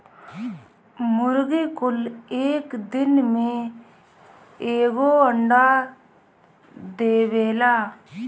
मुर्गी कुल एक दिन में एगो अंडा देवेला